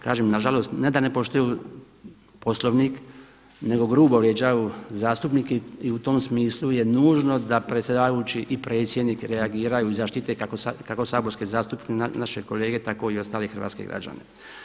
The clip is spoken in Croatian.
Kažem nažalost ne da ne poštuju Poslovnik nego grubo vrijeđaju zastupnike i u tom smislu je nužno da predsjedavajući i predsjednik reagiraju i zaštite kako saborske zastupnike naše kolege tako i ostale hrvatske građane.